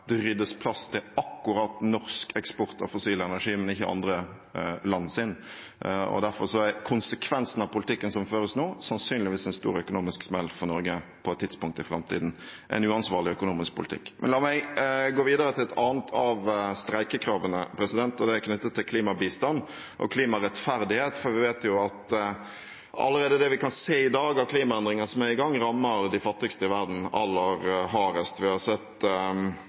det ryddes plass til akkurat norsk eksport av fossil energi, men ikke til andre lands. Derfor er konsekvensen av politikken som føres nå, sannsynligvis en stor økonomisk smell for Norge på et tidspunkt i framtiden – en uansvarlig økonomisk politikk. Men la meg gå videre til et annet av streikekravene, og det er knyttet til klimabistand og klimarettferdighet. Vi vet at allerede det vi kan se i dag som er i gang av klimaendringer, rammer de fattigste i verden aller hardest. Vi har sett